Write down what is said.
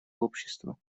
общество